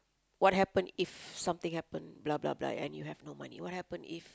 what happen if something happen blah blah blah and you have no money what happen if